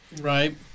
Right